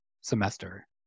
semester